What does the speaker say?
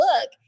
look